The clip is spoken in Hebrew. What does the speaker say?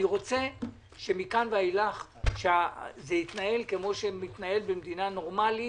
אני רוצה שמכאן ואילך זה יתנהל כפי שמתנהל במדינה נורמלית,